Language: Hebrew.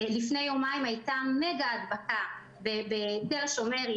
לפני יומיים הייתה מגה הדבקה בתל השומר,